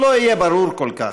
לא יהיה ברור כל כך.